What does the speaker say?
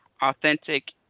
authentic